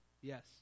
Yes